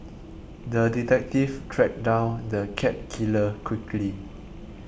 the detective tracked down the cat killer quickly